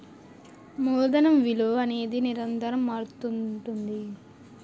మూలధనం విలువ అనేది నిరంతరం మారుతుంటుంది